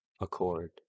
accord